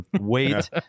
wait